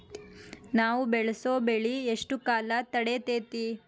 ನಾವು ಬೆಳಸೋ ಬೆಳಿ ಎಷ್ಟು ಕಾಲ ತಡೇತೇತಿ?